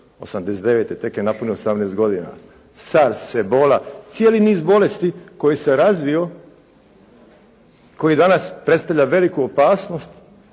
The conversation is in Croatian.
1989. tek je napunio 18 godina. SARS, ebola, cijeli niz bolesti koji se razvio, koji danas predstavlja veliku opasnost